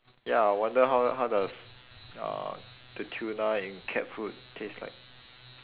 ya wonder how how does uh the tuna in cat food taste like